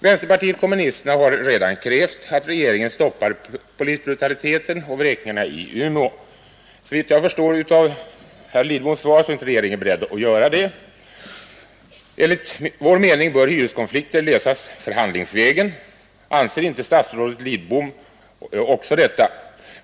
Vänsterpartiet kommunisterna har redan krävt att regeringen stoppar polisbrutaliteten och vräkningarna i Umeå. Såvitt jag kunde förstå av herr Lidboms svar är regeringen inte beredd att göra det. Enligt vår mening bör hyreskonflikter lösas förhandlingsvägen. Anser inte även statsrådet Lidbom det?